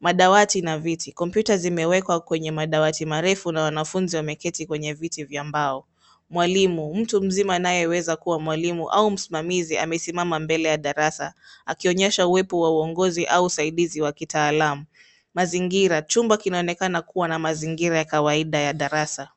Madawati na viti, Kompyuta zimewekwa kwenye madawati marefu na wanafunzi wameketi kwenye viti vya mbao. Mwalimu, mtu mzima anayeweza kuwa mwalimu au msimamizi amesimama mbele ya darasa akionyesha uwepo wa uongozi au usaidizi wa kitaalam. Mazingira , chumba kinaonekana kuwa na mazingira ya kawaida ya darasa.